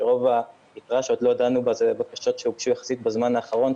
שרוב היתרה שעוד לא דנו בה אלו בקשות שהוגשו יחסית בזמן האחרון,